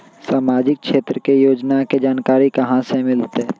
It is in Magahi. सामाजिक क्षेत्र के योजना के जानकारी कहाँ से मिलतै?